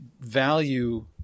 value